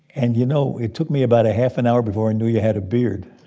and you know, it took me about a half an hour before i knew you had a beard.